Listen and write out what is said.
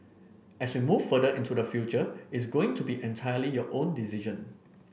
as we move further into the future it's going to be entirely your own decision